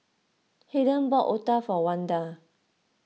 Hayden bought Otah for Wanda